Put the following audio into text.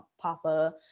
papa